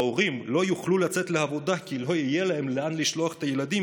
ההורים לא יוכלו לצאת לעבודה כי לא יהיה להם לאן לשלוח את הילדים,